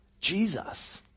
Jesus